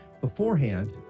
beforehand